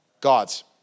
God's